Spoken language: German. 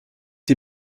die